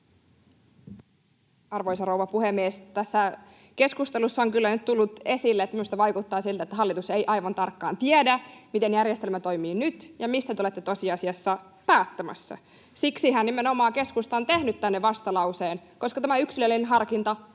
Arvoisa rouva puhemies! Tässä keskustelussa on kyllä nyt tullut esille, siltä minusta vaikuttaa, että hallitus ei aivan tarkkaan tiedä, miten järjestelmä toimii nyt ja mistä te olette tosiasiassa päättämässä. Siksihän nimenomaan keskusta on tehnyt tänne vastalauseen, koska tämä yksilöllinen harkinta